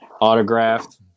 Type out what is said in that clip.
autographed